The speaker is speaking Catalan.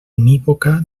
unívoca